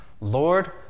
Lord